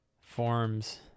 forms